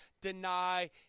deny